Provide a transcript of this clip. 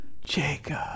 Jacob